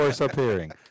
appearing